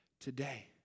today